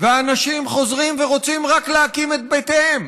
ואנשים חוזרים ורוצים רק להקים את בתיהם